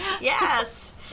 Yes